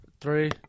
Three